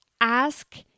ask